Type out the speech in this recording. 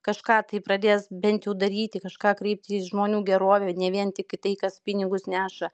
kažką tai pradės bent jau daryti kažką kreipti į žmonių gerovę ne vien tik į tai kas pinigus neša